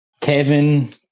Kevin